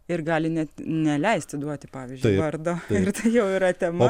ir gali net neleisti duoti pavyzdžiui vardo ir jau yra tema